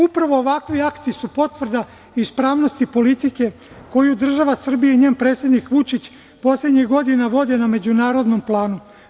Upravo ovakvi kati su potvrda ispravnosti politike koju vodi država Srbije i njen predsednik Vučić poslednjih godina vode na međunarodnom planu.